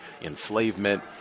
enslavement